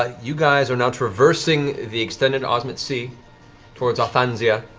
ah you guys are now traversing the extended ozmit sea towards othanzia